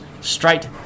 straight